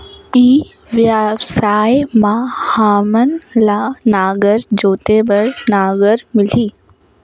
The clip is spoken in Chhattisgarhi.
ई व्यवसाय मां हामन ला नागर जोते बार नागर मिलही?